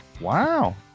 Wow